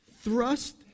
thrust